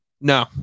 No